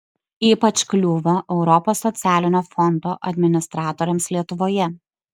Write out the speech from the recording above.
ypač kliūva europos socialinio fondo administratoriams lietuvoje